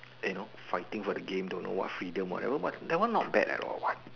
eh no fighting for the game don't know what freedom whatever what that one not bad ah that one what